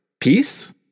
Peace